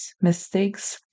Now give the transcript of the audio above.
mistakes